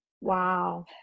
Wow